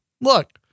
Look